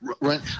right